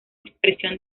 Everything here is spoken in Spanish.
expresión